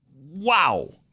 Wow